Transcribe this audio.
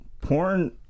porn